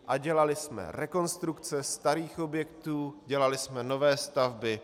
A dělali jsme rekonstrukce starých objektů, dělali jsme nové stavby.